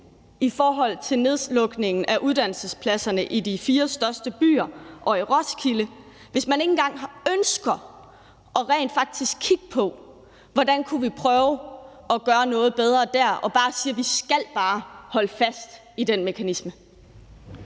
kan se, af nedlukningen af uddannelsespladserne i de fire største byer og i Roskilde, altså hvis man ikke engang ønsker rent faktisk at kigge på, hvordan vi kunne prøve at gøre noget bedre der, men siger, at vi bare skal holde fast i den mekanisme.